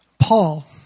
Paul